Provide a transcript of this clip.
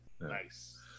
Nice